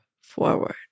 forward